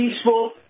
peaceful